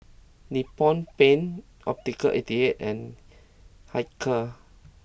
Nippon Paint Optical eighty eight and Hilker